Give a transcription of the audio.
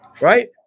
right